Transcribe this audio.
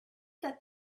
that